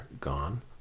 gone